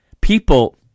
people